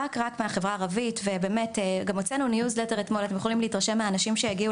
רק מהחברה הערבית והוצאנו גם ניוזלטר אתמול אתם יכולים להתרשם ממנו.